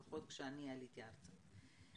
לפחות כשאני עליתי ארצה.